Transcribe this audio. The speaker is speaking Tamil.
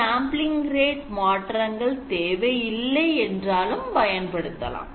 Sampling rate மாற்றங்கள் தேவை இல்லை என்றாலும் பயன்படுத்தலாம்